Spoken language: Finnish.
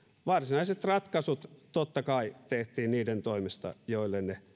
varsinaiset ratkaisut totta kai tehtiin niiden toimesta joille ne